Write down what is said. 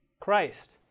Christ